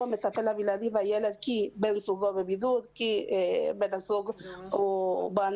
לכך הוא המטפל הבלעדי בילד כי בן זוגו למשל בבידוד או בן הזוג הוא בעל